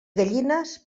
gallines